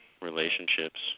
relationships